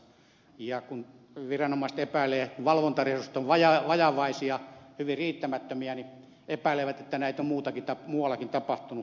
ja kun viranomaiset epäilevät että valvontaresurssit ovat vajavaisia hyvin riittämättömiä niin epäilevät että näitä on muuallakin tapahtunut